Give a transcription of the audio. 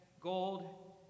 gold